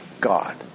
God